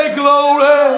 glory